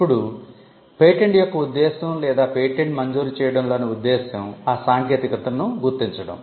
ఇప్పుడు పేటెంట్ యొక్క ఉద్దేశ్యం లేదా పేటెంట్ మంజూరు చేయడంలోని ఉద్దేశ్యం ఆ సాంకేతికతను గుర్తించడం